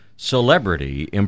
Celebrity